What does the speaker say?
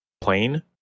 plane